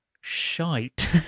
shite